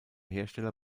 hersteller